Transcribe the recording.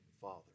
Father